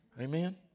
Amen